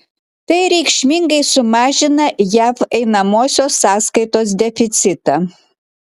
tai reikšmingai sumažina jav einamosios sąskaitos deficitą